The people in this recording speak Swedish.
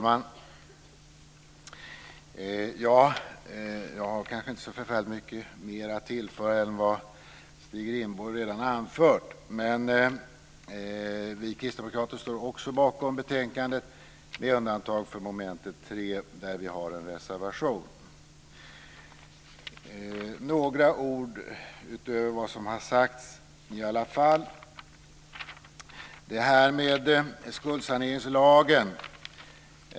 Herr talman! Jag har kanske inte så förfärligt mycket att tillägga utöver det som Stig Rindborg redan har anfört. Vi kristdemokrater står också bakom betänkandet med undantag för mom. 3, där vi har en reservation. Jag ska i alla fall säga några ord.